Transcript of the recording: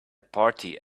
party